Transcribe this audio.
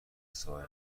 صاحب